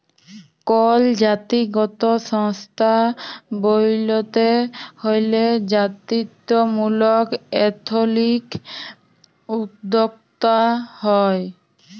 call জাতিগত সংস্থা ব্যইলতে হ্যলে জাতিত্ত্বমূলক এথলিক উদ্যোক্তা হ্যয়